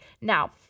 now